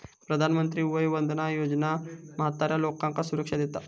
प्रधानमंत्री वय वंदना योजना म्हाताऱ्या लोकांका सुरक्षा देता